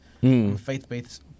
faith-based